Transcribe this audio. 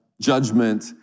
judgment